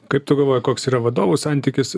kaip tu galvoji koks yra vadovo santykis